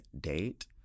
date